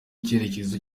icyerekezo